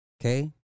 okay